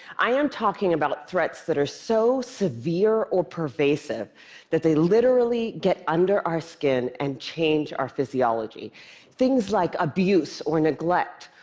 i am talking about threats that are so severe or pervasive that they literally get under our skin and change our physiology things like abuse or neglect,